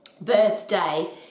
birthday